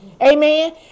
Amen